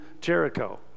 Jericho